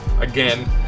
again